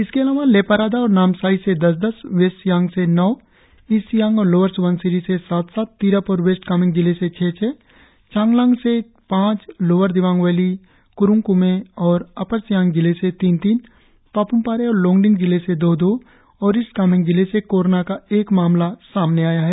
इसके अलावा लेपारादा और नामसाई से दस दस वेस्ट सियांग से नौ ईस्ट सियांग और लोअर स्बनसिरी जिले से सात सात तिरप और वेस्ट कामेंग जिले से छह छह चांगलांग जिले से पांच लोअर दिबांग वैली क्रुंगक्मे और अपर सियांग जिले से तीन तीन पापुमपारे और लोगडिंग जिले से दो दो और ईस्ट कामेंग जिले से कोरोना का एक मामला सामने आया है